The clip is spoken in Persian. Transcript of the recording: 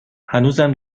هنوزم